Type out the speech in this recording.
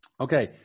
okay